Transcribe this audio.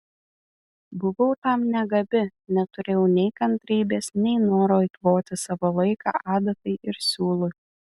buvau tam negabi neturėjau nei kantrybės nei noro eikvoti savo laiką adatai ir siūlui